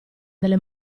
delle